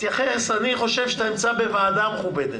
אני חושב שאתה נמצא בוועדה מכובדת,